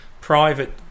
private